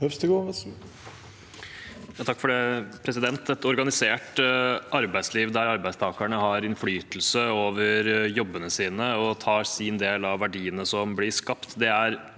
(komite- ens leder): Et organisert arbeidsliv, der arbeidstakerne har innflytelse over jobbene sine og tar sin del av verdiene som blir skapt,